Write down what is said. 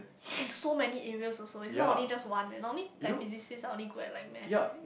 in so many areas also it's not only just one leh normally like physicists are only good at like Math is it